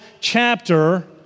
chapter